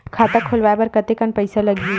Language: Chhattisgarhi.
खाता खुलवाय बर कतेकन पईसा लगही?